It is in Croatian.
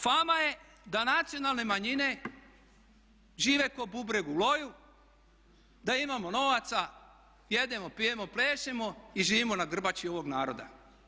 Fama je da nacionalne manjine žive ko bubreg u loju, da imamo novaca, jedemo, pijemo, plešemo i živimo na grbači ovog naroda.